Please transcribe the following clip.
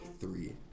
Three